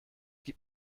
gib